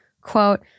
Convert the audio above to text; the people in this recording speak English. quote